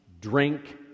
drink